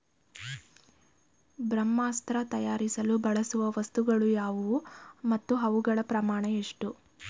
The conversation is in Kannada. ಬ್ರಹ್ಮಾಸ್ತ್ರ ತಯಾರಿಸಲು ಬಳಸುವ ವಸ್ತುಗಳು ಯಾವುವು ಮತ್ತು ಅವುಗಳ ಪ್ರಮಾಣ ಎಷ್ಟು?